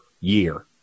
year